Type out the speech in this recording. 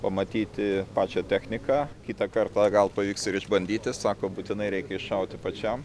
pamatyti pačią techniką kitą kartą gal pavyks ir išbandyti sako būtinai reikia iššauti pačiam